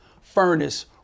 furnace